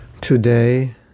Today